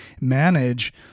manage